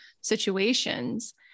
situations